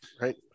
right